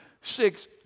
six